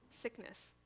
sickness